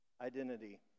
identity